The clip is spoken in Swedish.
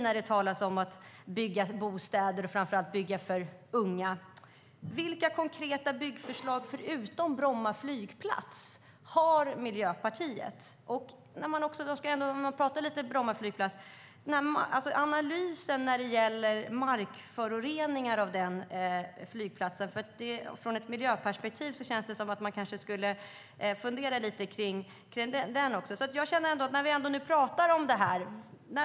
När det talas om att bygga bostäder, framför allt för unga, kan jag inte låta bli att fråga vilka konkreta byggförslag, förutom Bromma flygplats, Miljöpartiet har. På tal om Bromma flygplats och analysen av markföroreningarna känns det från ett miljöperspektiv som att man kanske också skulle fundera lite på det.